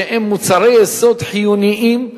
שהם מוצרי יסוד חיוניים,